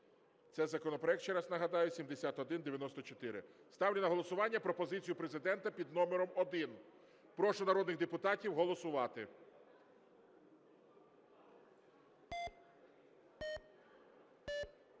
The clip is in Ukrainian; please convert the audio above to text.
Це законопроект, ще раз нагадаю, 7194. Ставлю на голосування пропозицію Президента під номером 1. Прошу народних депутатів голосувати.